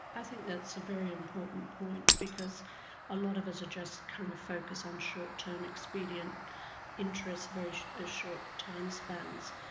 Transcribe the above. i think that's a very important point because a lot of us are just kind of focused on short-term expedient interests, very ah short time spans.